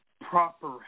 proper